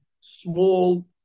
small